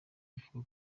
ivuga